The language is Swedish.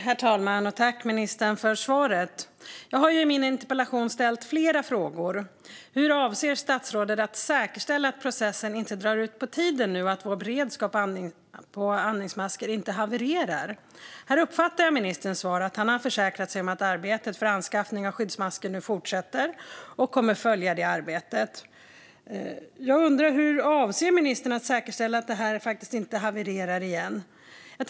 Herr talman! Tack, ministern, för svaret! Jag har ju i min interpellation ställt flera frågor. Jag frågar hur statsrådet avser att säkerställa att processen inte drar ut på tiden och att vår beredskap vad gäller andningsmasker inte havererar. Här uppfattar jag att ministerns svar är att han har försäkrat sig om att arbetet för anskaffning av skyddsmasker nu fortsätter och att han kommer att följa det arbetet. Men jag undrar hur ministern avser att säkerställa att det inte havererar igen.